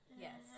yes